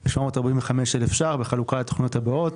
1,352,745,000 ₪ בחלוקה לתכניות הבאות,